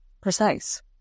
precise